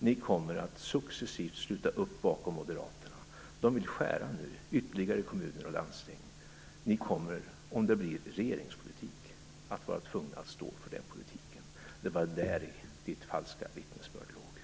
Ni kommer att successivt sluta upp bakom moderaterna. De vill skära ytterligare i kommuner och landsting nu. Om det blir regeringspolitik kommer ni att bli tvungna att stå för det politiken. Däri låg Alf Svenssons falska vittnesbörd.